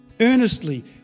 Earnestly